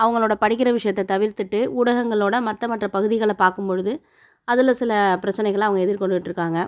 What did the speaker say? அவங்களோட படிக்கிற விஷயத்த தவிர்த்துட்டு ஊடகங்களோட மற்ற மற்ற பகுதிகளை பார்க்கும்பொழுது அதில் சில பிரச்சனைகளை அவங்க எதிர்கொண்டுகிட்டு இருக்காங்க